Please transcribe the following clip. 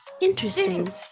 Interesting